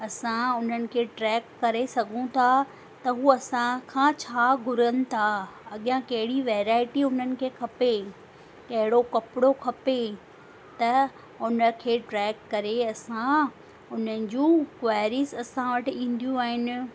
असां उन्हनि खे ट्रेक करे सघूं था त हूओ असांखा छा घुरनि था अॻियां कहिड़ी वैराइटी हुननि खे खपे अहिड़ो कपिड़ो खपे त उन खे ट्रेक करे असां उन जूं क्वैरीज़ असां वटि ईंदियूं आहिनि